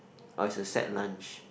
oh it's a set lunch